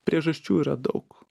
priežasčių yra daug